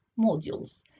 modules